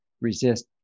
resist